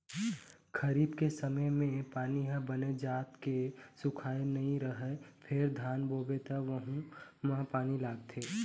खरीफ के समे के पानी ह बने जात के सुखाए नइ रहय फेर धान बोबे त वहूँ म पानी लागथे